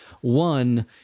One